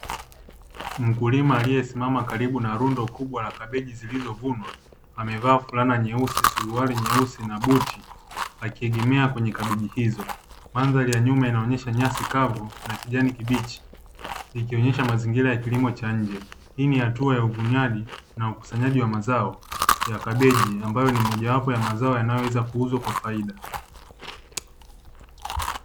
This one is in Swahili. Mkulima aliyesimama karibu na lundo kubwa la kabichi zilizovunwa amevaa suruali nyeusi fulana nyeusi na buti, akiegemea kwenye kabichi hizo. Mandhari ya nyuma inaonesha nyasi kavu na kijani kibichi ikionesha mazingira ya kilimo cha nje. Hii ni hatua ya uvunaji na ukusanyaji wa mazao ya kabichi ambayo ni moja ya mazao yanayoweza kuuzwa kwa faida.